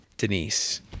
Denise